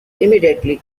immediately